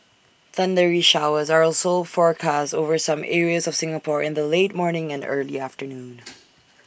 thundery showers are also forecast over some areas of Singapore in the late morning and early afternoon